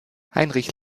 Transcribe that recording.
heinrich